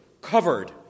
Covered